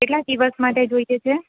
કેટલા દિવસ માટે જોઈએ છે